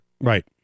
Right